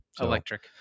Electric